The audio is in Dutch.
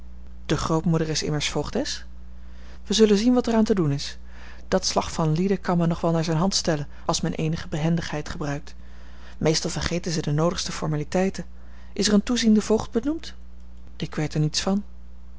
de grootmoeder is immers voogdes wij zullen zien wat er aan te doen is dat slag van lieden kan men nog wel naar zijn hand stellen als men eenige behendigheid gebruikt meestal vergeten zij de noodigste formaliteiten is er een toeziende voogd benoemd ik weet er niets van